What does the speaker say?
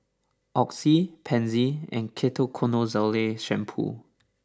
Oxy Pansy and Ketoconazole Shampoo